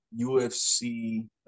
UFC